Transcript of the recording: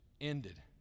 ended